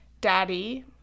Daddy